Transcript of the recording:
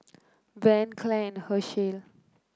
Van Clair Hershel